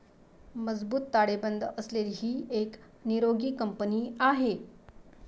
मजबूत ताळेबंद असलेली ही एक निरोगी कंपनी आहे